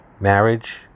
Marriage